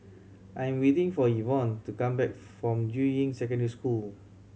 I'm waiting for Ivonne to come back from Juying Secondary School